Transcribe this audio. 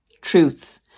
truth